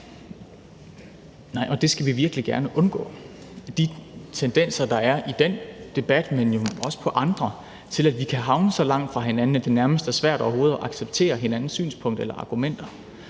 (S): Det skal vi virkelig gerne undgå, altså de tendenser, der er i den debat, men jo også på andre områder, nemlig at vi kan havne så langt fra hinanden, at det nærmest er svært overhovedet at acceptere hinandens synspunkter eller argumenter.